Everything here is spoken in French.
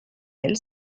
elle